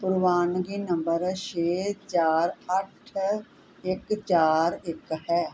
ਪ੍ਰਵਾਨਗੀ ਨੰਬਰ ਛੇ ਚਾਰ ਅੱਠ ਇੱਕ ਚਾਰ ਇੱਕ ਹੈ